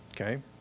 okay